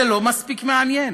זה לא מספיק מעניין.